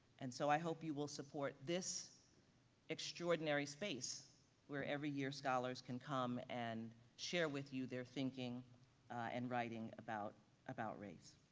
and so i hope you will support this extraordinary space where every year scholars can come and share with you their thinking and writing about about race.